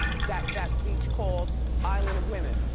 that that beach called island of women,